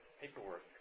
paperwork